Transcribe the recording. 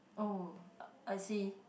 oh I see